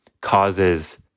causes